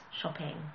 shopping